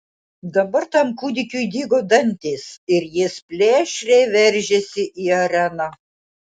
dabar tam kūdikiui dygo dantys ir jis plėšriai veržėsi į areną